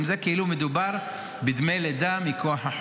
זה כאילו מדובר בדמי לידה מכוח החוק.